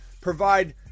provide